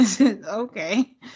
okay